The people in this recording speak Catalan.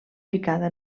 picada